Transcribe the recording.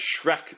Shrek